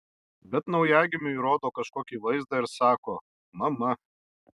bet naujagimiui rodo kažkokį vaizdą ir sako mama